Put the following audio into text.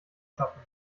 schaffen